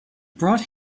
brought